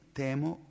temo